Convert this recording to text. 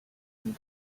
and